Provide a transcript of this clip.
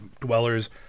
dwellers